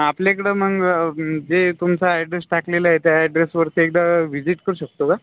आपल्या इकडं मग जे तुमचा अॅड्रेस टाकलेला आहे त्या अॅड्रेसवरती एकदा व्हिजिट करू शकतो का